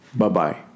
Bye-bye